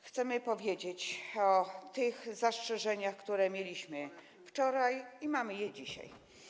Chcemy powiedzieć o tych zastrzeżeniach, które mieliśmy wczoraj i które mamy dzisiaj.